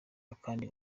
akandi